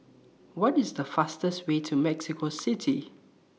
What IS The fastest Way to Mexico City